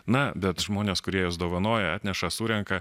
na bet žmonės kurie juos dovanoja atneša surenka